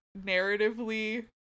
narratively